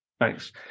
thanks